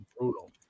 brutal